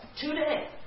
today